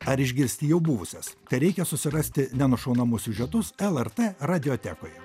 ar išgirsti jau buvusias tai reikia susirasti nenušaunamus siužetus lrt radiotekoje